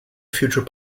future